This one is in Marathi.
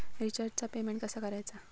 रिचार्जचा पेमेंट कसा करायचा?